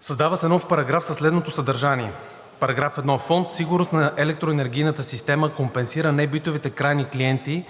Създава се нов параграф със следното съдържание: „§… (1) Фонд „Сигурност на електроенергийната система“ компенсира небитовите крайни клиенти